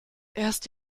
erst